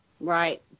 Right